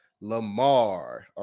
Lamar